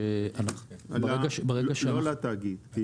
לא לתאגיד?